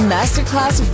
Masterclass